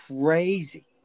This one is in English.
crazy